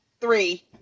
three